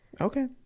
Okay